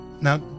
Now